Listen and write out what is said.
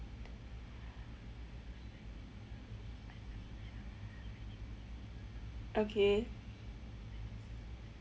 okay